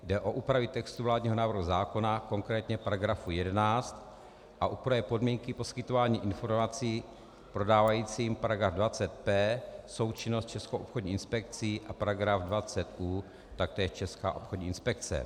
Jde o úpravy textu vládního návrhu zákona, konkrétně § 11, a upravuje podmínky poskytování informací prodávajícím, § 20p součinnost s Českou obchodní inspekcí, a § 20u, taktéž Česká obchodní inspekce.